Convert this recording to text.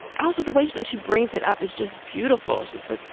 also the weight that she brings it up is just beautiful, she says.